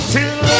Till